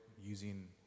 using